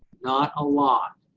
not a lot.